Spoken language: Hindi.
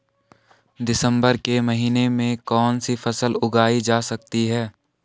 दिसम्बर के महीने में कौन सी फसल उगाई जा सकती है?